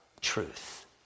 truth